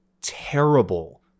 terrible